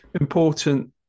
important